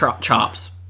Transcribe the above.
Chops